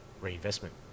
reinvestment